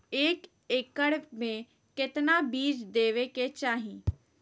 एक एकड़ मे केतना बीज देवे के चाहि?